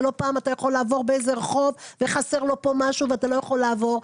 ולא פעם אתה יכול לעבור באיזה רחוב וחסר לו פה משהו ואתה לא יכול לעבור.